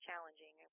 Challenging